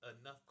enough